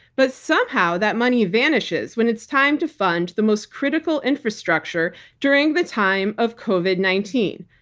but somehow, that money vanishes when it's time to fund the most critical infrastructure during the time of covid nineteen.